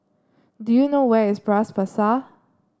do you know where is Bras Basah